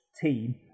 team